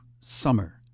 summer